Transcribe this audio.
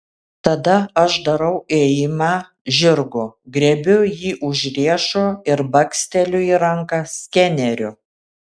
tada aš darau ėjimą žirgu griebiu jį už riešo ir baksteliu į ranką skeneriu